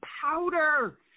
powder